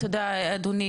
תודה אדוני,